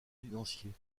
financiers